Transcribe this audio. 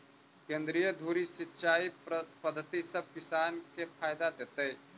केंद्रीय धुरी सिंचाई पद्धति सब किसान के फायदा देतइ